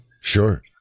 Sure